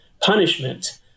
punishment